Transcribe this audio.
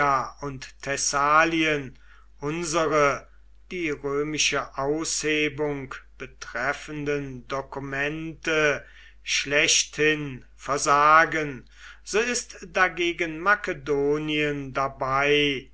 und thessalien unsere die römische aushebung betreffenden dokumente schlechthin versagen so ist dagegen makedonien dabei